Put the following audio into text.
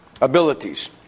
abilities